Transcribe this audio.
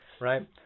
Right